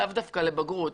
לאו דווקא לבגרות.